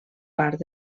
part